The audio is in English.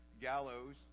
gallows